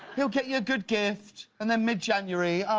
he'll get you a good gift, and then mid january, oh,